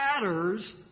matters